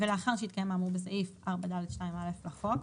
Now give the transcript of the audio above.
ולאחר שהתקיים האמור בסעיף 4(ד)(2)(א) לחוק,